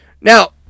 Now